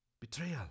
betrayal